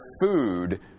food